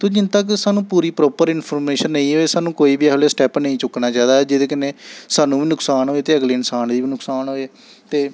ते जिन्न तक्क सानूं पूरी प्रापर इंफर्मेशन नेईं होए सानूं कोई बी ऐहो जेहा स्टैप नेईं चुक्कना चाहिदा जेह्दे कन्नै सानूं बी नुक्सान होए ते अगले इंसान गी बी नुक्सान होऐ ते